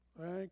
Thank